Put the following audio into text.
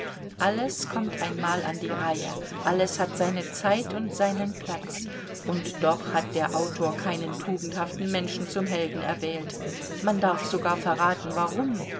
alles kommt einmal an die reihe alles hat seine zeit und seinen platz und doch hat der autor keinen tugendhaften menschen zum helden erwählt man darf sogar verraten warum